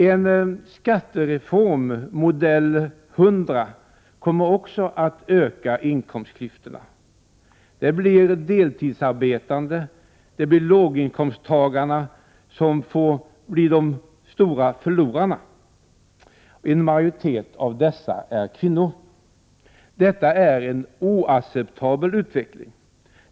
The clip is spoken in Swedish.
En skattereform av modell PM 100 kommer också att öka inkomstklyftorna. De deltidsarbetande och låginkomsttagarna kommer att bli de stora förlorarna. En majoritet av dessa är kvinnor. Detta är en oacceptabel utveckling.